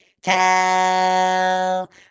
tell